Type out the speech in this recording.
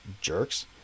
jerks